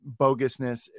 bogusness